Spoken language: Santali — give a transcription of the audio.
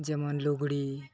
ᱡᱮᱢᱚᱱ ᱞᱩᱜᱽᱲᱤ